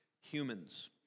humans